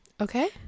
okay